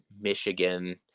Michigan